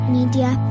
Media